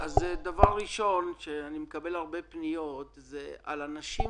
הדבר הראשון שאני מקבל עליו הרבה פניות זה על אנשים